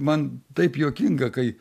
man taip juokinga kai